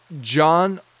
John